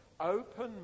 open